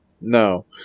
No